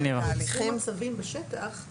סגנית בכירה ליועצת המשפטית של המשרד.